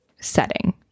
setting